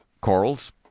corals